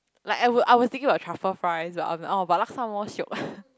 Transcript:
like I would I was thinking about truffle fries but I'm like oh but Laksa more shiok